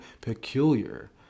peculiar